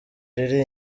riri